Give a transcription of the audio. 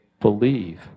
Believe